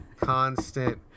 constant